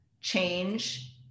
change